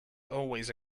always